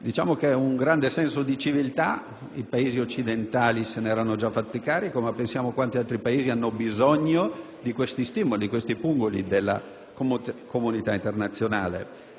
È un grande segno di civiltà. I Paesi occidentali se ne erano già fatti carico, ma pensiamo a quanti altri Paesi hanno bisogno di questi stimoli, di questi pungoli da parte della comunità internazionale.